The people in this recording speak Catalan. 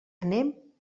anem